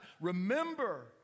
Remember